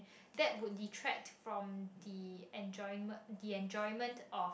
that would detract from the enjoyment the enjoyment of